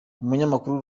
umunyamakuru